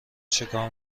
چیکار